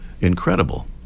incredible